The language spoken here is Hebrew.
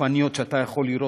גופניות שאתה יכול לראות,